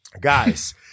guys